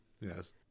Yes